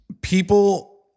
People